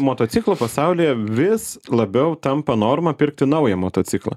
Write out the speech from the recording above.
motociklų pasaulyje vis labiau tampa norma pirkti naują motociklą